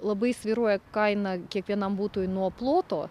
labai svyruoja kaina kiekvienam butui nuo ploto